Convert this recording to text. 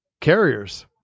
Carriers